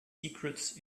secrets